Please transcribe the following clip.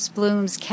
Bloom's